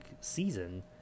season